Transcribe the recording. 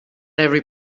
every